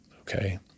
Okay